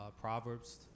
Proverbs